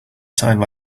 time